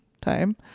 time